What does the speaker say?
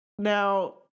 now